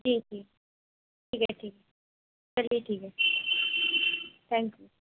جی جی ٹھیک ہے ٹھیک چلئے ٹھیک ہے تھینک یو